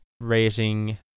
rating